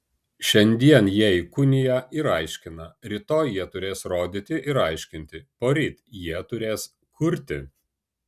šiandien jie įkūnija ir aiškina rytoj jie turės rodyti ir aiškinti poryt jie turės kurti